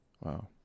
wow